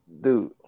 dude